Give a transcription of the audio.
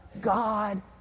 God